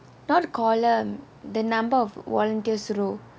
not column the number of volunteers row